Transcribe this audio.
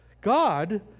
God